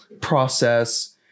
process